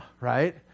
right